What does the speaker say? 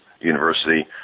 University